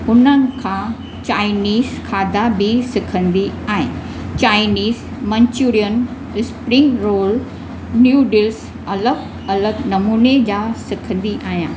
हुननि खां चाइनीज़ खाधा बि सिखंदी आहियां Chinese Manchurian spring roll new dish अलॻि अलॻि नमूने जा सिखंदी आहियां